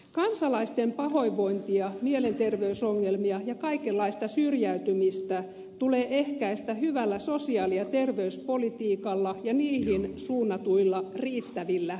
kansalaisten pahoinvointia mielenterveysongelmia ja kaikenlaista syrjäytymistä tulee ehkäistä hyvällä sosiaali ja terveyspolitiikalla ja niihin suunnatuilla riittävillä määrärahoilla